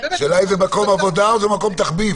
השאלה אם זה מקום עבודה או זה תחביב?